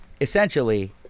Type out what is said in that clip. essentially